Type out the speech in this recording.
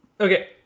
Okay